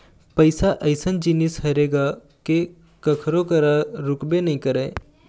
पइसा अइसन जिनिस हरे गा के कखरो करा रुकबे नइ करय